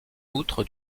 outre